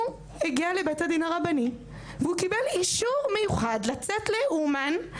הוא הגיע לבית הדין הרבני והוא קיבל אישור מיוחד לצאת לאומן,